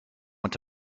want